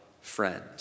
friend